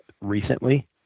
recently